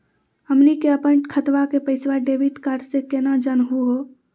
हमनी के अपन खतवा के पैसवा डेबिट कार्ड से केना जानहु हो?